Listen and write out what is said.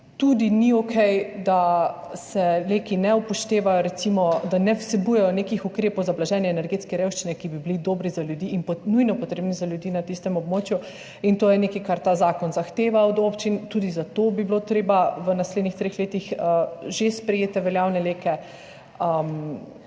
Tudi ni okej, da se LEK-i ne upoštevajo, recimo, da ne vsebujejo nekih ukrepov za blaženje energetske revščine, ki bi bili dobri za ljudi in nujno potrebni za ljudi na tistem območju. To je nekaj, kar ta zakon zahteva od občin, tudi zato bi bilo treba v naslednjih treh letih že sprejete, veljavne LEK-e